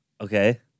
Okay